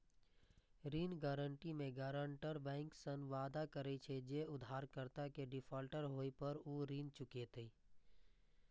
ऋण गारंटी मे guarantor bank सं वादा करे छै, जे उधारकर्ता के डिफॉल्टर होय पर ऊ ऋण चुकेतै